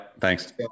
Thanks